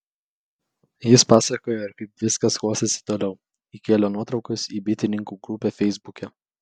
jis pasakoja ir kaip viskas klostėsi toliau įkėlė nuotraukas į bitininkų grupę feisbuke